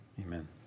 Amen